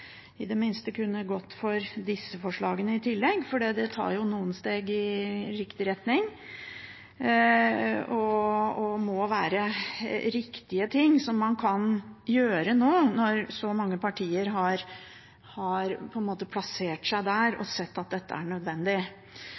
i det minste kunne gått for disse forslagene i tillegg, for det tar noen steg i riktig retning og må være riktige ting som man kan gjøre nå når så mange partier har plassert seg der og sett at dette er nødvendig.